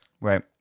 Right